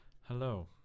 Hello